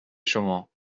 شما